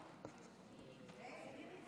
אדוני,